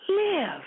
live